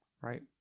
right